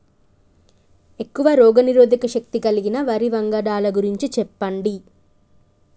ఎక్కువ రోగనిరోధక శక్తి కలిగిన వరి వంగడాల గురించి చెప్పండి?